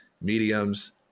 mediums